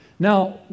Now